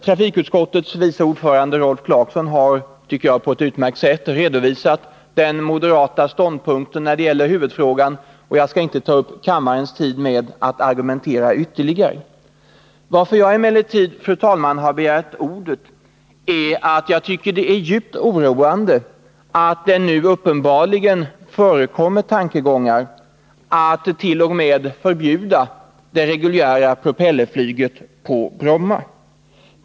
Trafikutskottets vice ordförande Rolf Clarkson har på ett utmärkt sätt redovisat den moderata ståndpunkten när det gäller huvudfrågan, och jag skall inte ta upp kammarens tid med att argumentera ytterligare i den. Att jag emellertid, fru talman, har begärt ordet beror på att jag anser det djupt oroande att det nu uppenbarligen förekommer tankegångar om att t.o.m. förbjuda det reguljära propellerflyget på Bromma.